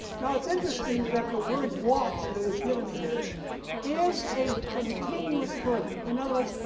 now it's interesting that the word watch that is given here is a continuous verb. in other words,